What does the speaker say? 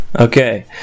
Okay